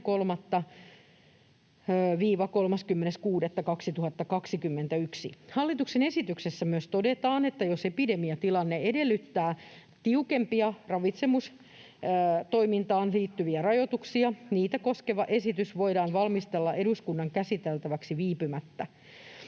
1.3.—30.6.2021. Hallituksen esityksessä myös todetaan, että jos epidemiatilanne edellyttää tiukempia ravitsemustoimintaan liittyviä rajoituksia, niitä koskeva esitys voidaan valmistella eduskunnan käsiteltäväksi viipymättä.